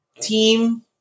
team